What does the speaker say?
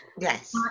Yes